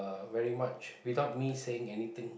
very much without me saying anything